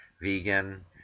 vegan